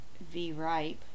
V-ripe